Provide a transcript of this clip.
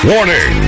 Warning